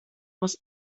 was